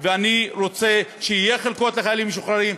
ואני רוצה שיהיו חלקות לחיילים משוחררים,